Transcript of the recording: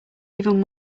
even